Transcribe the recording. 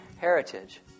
heritage